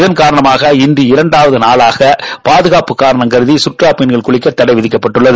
இதன்காரணமாக இன்று இரண்டாவது நாளாக பாதுகாப்பு காரணம் கருதி சுற்றுலாப் பயணிகள் குளிக்க தடை விதிக்கப்பட்டுள்ளது